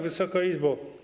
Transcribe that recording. Wysoka Izbo!